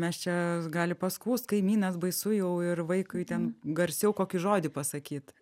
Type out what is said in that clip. mes čia gali paskųst kaimynas baisu jau ir vaikui ten garsiau kokį žodį pasakyt